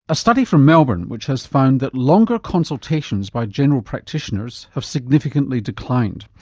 a study from melbourne which has found that longer consultations by general practitioners have significantly declined.